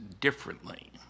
differently